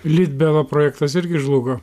litbelo projektas irgi žlugo